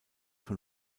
von